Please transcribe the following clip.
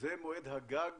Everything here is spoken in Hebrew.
זה מועד הגג